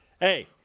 Hey